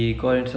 mm